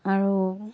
আৰু